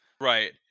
Right